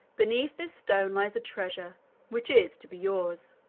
beneath this stone lies a treasure which is to be yours,